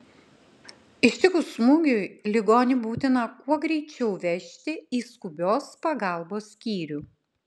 ištikus smūgiui ligonį būtina kuo greičiau vežti į skubios pagalbos skyrių